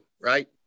right